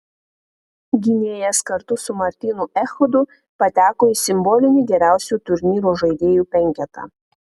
gynėjas kartu su martynu echodu pateko į simbolinį geriausių turnyro žaidėjų penketą